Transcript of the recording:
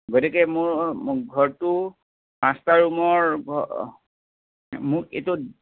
গতিকে মোৰ মোক ঘৰটো পাঁচটা ৰুমৰ মোক এইটোত